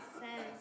says